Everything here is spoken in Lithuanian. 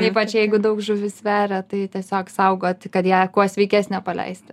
ypač jeigu daug žuvis sveria tai tiesiog saugoti kad ją kuo sveikesnę paleisti